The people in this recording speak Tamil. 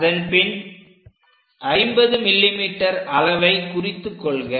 அதன்பின் 50 mm அளவை குறித்துக் கொள்க